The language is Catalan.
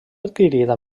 adquirida